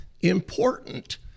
important